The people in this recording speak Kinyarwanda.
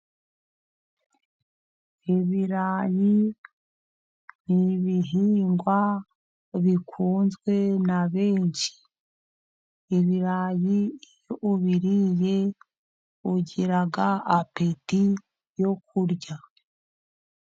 Ibirayi ni ibihingwa bikunzwe na benshi. Ibirayi iyo ubiriye, ugira apeti yo kurya.